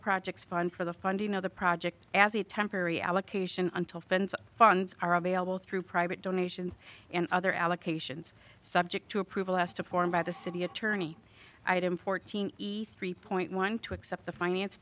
projects fund for the funding of the project as a temporary allocation until friends funds are available through private donations and other allocations subject to approval as to form by the city attorney item fourteen point one two accept the finance